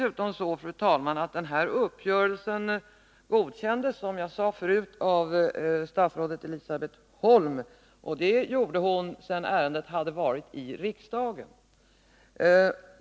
Uppgörelsen godkändes dessutom, som jag tidigare sade, av statsrådet Elisabet Holm, och det gjorde hon sedan ärendet varit uppe i riksdagen.